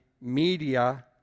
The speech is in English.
media